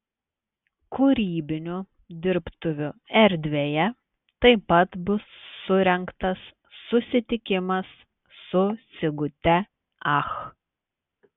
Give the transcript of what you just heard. kūrybinių dirbtuvių erdvėje taip pat bus surengtas susitikimas su sigute ach